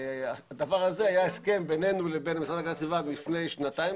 הדבר הזה היה הסכם בינינו לבין המשרד להגנת הסביבה מלפני שנתיים